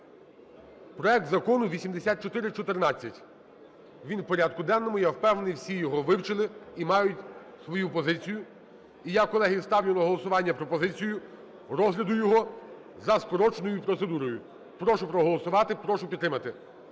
проект Закону 8414. Він у порядку денному. Я впевнений, всі його вивчили і мають свою позицію. І я, колеги, ставлю на голосування пропозицію розгляду його за скороченою процедурою. Прошу проголосувати, прошу підтримати.